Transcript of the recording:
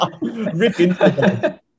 ripping